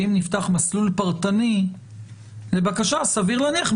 שאם נפתח מסלול פרטני לבקשה סביר להניח,